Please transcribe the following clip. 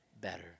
better